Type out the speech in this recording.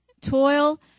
toil